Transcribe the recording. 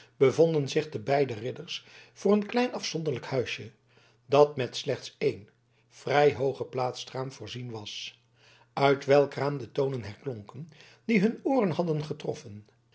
bevonden zich de beide ridders voor een klein afzonderlijk huisje dat met slechts één vrij hoog geplaatst raam voorzien was uit welk raam de tonen herklonken die hun ooren hadden getroffen